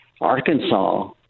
Arkansas